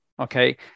Okay